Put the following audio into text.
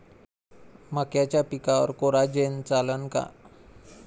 मक्याच्या पिकावर कोराजेन चालन का?